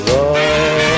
Love